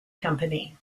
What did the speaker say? company